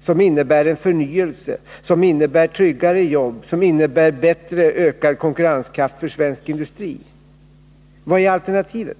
som innebär en förnyelse, som innebär tryggare jobb, som innebär ökad konkurrenskraft för svensk industri. Vad är alternativet?